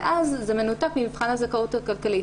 ואז זה מנותק ממבחן הזכאות הכלכלית.